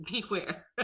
beware